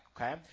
okay